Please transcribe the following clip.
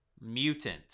mutant